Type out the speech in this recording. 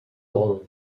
dol